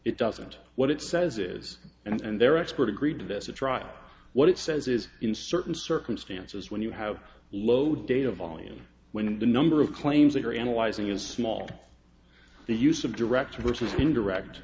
it doesn't what it says is and their expert agreed to this a trial what it says is in certain circumstances when you have low data volume when the number of claims that you're analyzing is small the use of director versus indirect